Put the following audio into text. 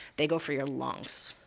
they go for your lungs.